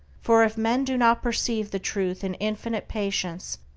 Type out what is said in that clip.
for if men do not perceive the truth in infinite patience,